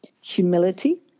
humility